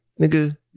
nigga